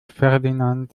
ferdinand